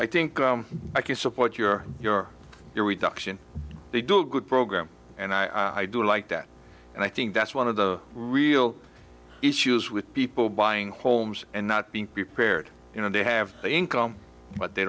i think i can support your your your reduction they do good program and i do like that and i think that's one of the real issues with people buying homes and not being prepared you know they have the income but they